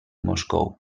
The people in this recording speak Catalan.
moscou